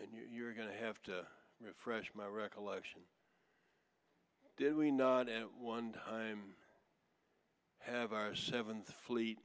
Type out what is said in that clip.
and you're going to have to refresh my recollection did we not at one time have our seventh fleet